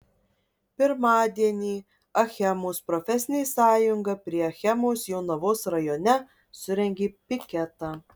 pirmadienį achemos profesinė sąjunga prie achemos jonavos rajone surengė piketą